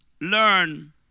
learn